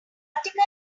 article